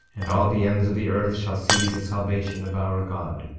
and all the ends of the earth shall see the salvation of our god?